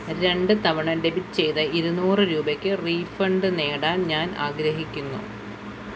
രണ്ട് തവണ ഡെബിറ്റ് ചെയ്ത ഇരുനൂറ് രൂപയ്ക്ക് റീഫണ്ട് നേടാൻ ഞാൻ ആഗ്രഹിക്കുന്നു